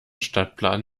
stadtplan